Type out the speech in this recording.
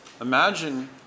Imagine